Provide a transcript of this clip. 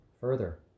further